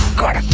caught